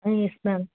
ம் yes ma'am